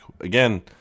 Again